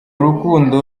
rukundo